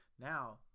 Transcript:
Now